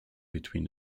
between